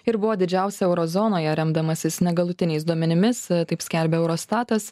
ir buvo didžiausia euro zonoje remdamasis negalutiniais duomenimis taip skelbia eurostatas